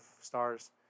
stars